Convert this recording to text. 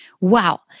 Wow